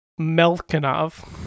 Melkinov